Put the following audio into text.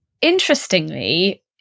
Interestingly